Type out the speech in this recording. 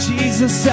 Jesus